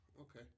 okay